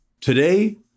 Today